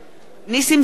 נסים זאב,